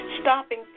Stopping